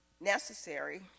necessary